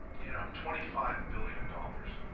you know twenty five billion dollars,